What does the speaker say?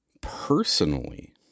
Personally